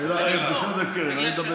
בסדר, קרן.